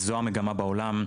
זו המגמה בעולם.